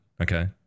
okay